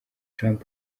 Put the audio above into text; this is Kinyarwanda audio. trump